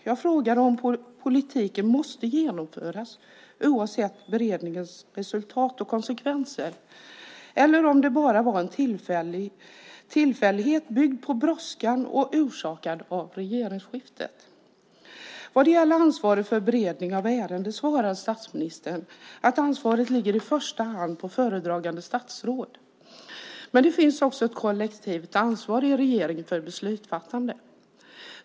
Jag frågade om politiken måste genomföras oavsett beredningens resultat och konsekvenser eller om det bara var en tillfällighet byggd på brådskan och orsakad av regeringsskiftet. Vad gäller ansvaret för beredning av ärenden svarade statsministern att ansvaret i första hand ligger på föredragande statsråd. Men det finns också ett kollektivt ansvar i regeringen för beslutsfattande.